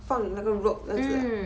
放那个 rope 这样子 ah